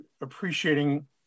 appreciating